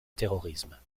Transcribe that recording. terrorisme